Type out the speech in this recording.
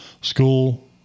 school